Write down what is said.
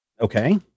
Okay